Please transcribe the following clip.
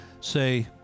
say